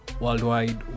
worldwide